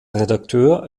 redakteur